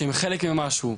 שהם חלק ממשהו,